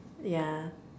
yeah